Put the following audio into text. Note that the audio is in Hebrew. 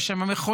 יש שם מכונות,